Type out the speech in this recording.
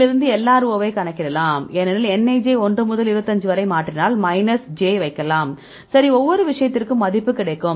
அதிலிருந்து LRO வை கணக்கிடலாம் ஏனெனில் nij 1 முதல் 25 வரை மாற்றினால் மைனஸ் j வைக்கலாம் சரி ஒவ்வொரு விஷயத்திற்கும் மதிப்பு கிடைக்கும்